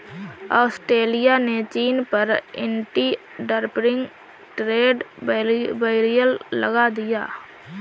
Australia ने चीन पर एंटी डंपिंग ट्रेड बैरियर लगा दिया